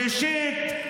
שלישית,